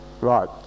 right